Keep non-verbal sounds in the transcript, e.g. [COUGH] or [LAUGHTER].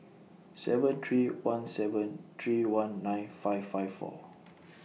seven three one seven three one nine five five four [NOISE]